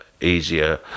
easier